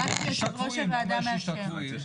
אבל יש שישה קבועים, למה יש שישה קבועים?